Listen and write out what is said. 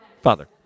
father